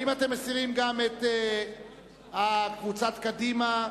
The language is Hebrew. האם אתם מסירים גם את קבוצת קדימה?